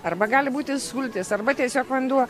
arba gali būti sultys arba tiesiog vanduo